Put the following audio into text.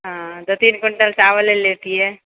हँ दू तीन क्विंटल चावल लए लेतिऐ